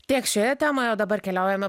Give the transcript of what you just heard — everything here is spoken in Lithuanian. tiek šioje temoje o dabar keliaujame